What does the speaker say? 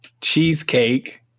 Cheesecake